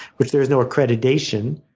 which there is no accreditation,